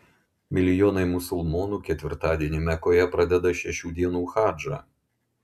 milijonai musulmonų ketvirtadienį mekoje pradeda šešių dienų hadžą